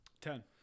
Ten